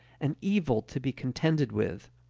an evil to be contended with.